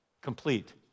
complete